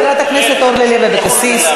חברת הכנסת אורלי לוי אבקסיס,